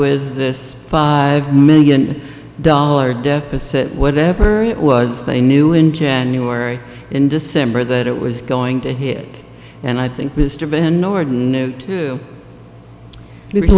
with this five million dollar deficit whatever it was they knew in january in december that it was going to hit and i think